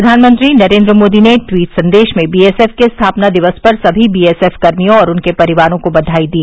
प्रधानमंत्री नरेन्द्र मोदी ने ट्वीट सन्देश में बीएसएफ के स्थापना दिवस पर समी बीएसएफ कर्मियों और उनके परिवारों को बधाई दी